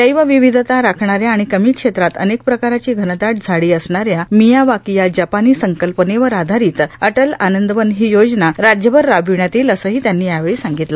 जैवविविधता राखणा या आणि कमी क्षेत्रात अनेक प्रकारची घनदाट झाडी असणा या मियावाकी या जपानी संकल्पनेवर आधारित अटल आनंदवन ही योजना राज्यभर राबविण्यात येईल असेही त्यांनी यावेळी सांगितले